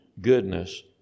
goodness